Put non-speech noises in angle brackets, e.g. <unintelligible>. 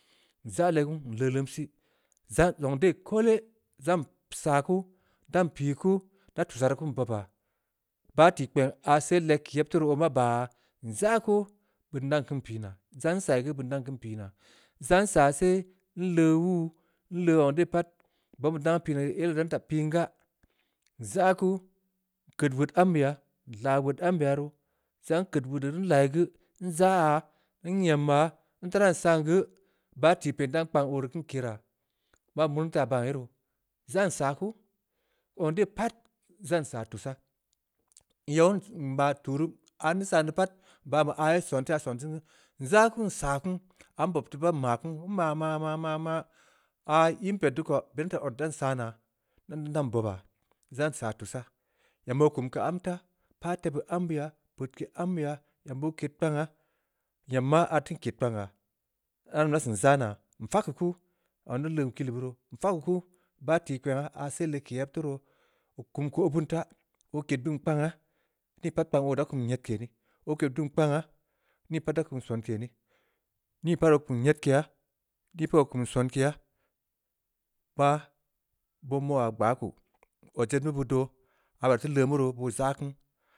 Nzaa legu nleuleum sih, nzaa zong de loole, nzaa nsaa ku, ndan pii kuu, nda tussah rii keun bobaa, bah tikpeng aah se leg keu yeb taa roo oo maa baa yaa, nzaa kuu, beun dan keun pii naa, zaa nsaa ya geu beun dan pii naa, nzaa nsaa seh, nleu wuu, nleu zong de pat, bob nbeu ii da beun keun naa, ii piin gaa, nzaa kuu, nkeud wod ambeya, nlaaa wod ambya roo, sangha nkeud wod ambeya roo nlaa ya geu, nzaa yaa, nyem yaa, nteu ran saa geu, bah tikpeng da ran kpang oo rii keun keraa, ma ko meu teun baan ye roo, zaa nsaa kuu, zong de pat, nzaa nsaa tussah, nyawin nbaa tuu rii <unintelligible> nma tuu ruu, aah nteu san deu pat, baa be aah ye sonya, aah sonsen geu, nzaa ku nsaa kuu, aah nbob deu pat nmaa kuu, nma-nma –nma ma-ma-ma! Aah ii nped deu ko, bid nda od dan saa naa, ndan-ndan bobaa, nzaa nsaa tussaa, nyam oo kum keu am taa, npa tebeu ambeya, peudke ambeya, nyam oo ked kpangha, nyam maa artin ked kpang ya, am da nda seun zaa naa, nfag geu kuu, zongha nte leun kili beu roo, nfageu kuu, bah tikpengha se leg keu yeb taa roo, oo kum obeun taa, oo ked beun kpangha, nii pat da kum nyedkeya, oo ked beun kpangha, nii pat da kum somke neh, nii pat oo kum nyedkeya. nii pat oo kum sonkeya, bah beu moya gbaku, odjed meu beud doo. aah beuraa beuteu leumu mu reu, boo zaa kunu.